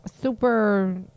super